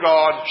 God